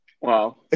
Wow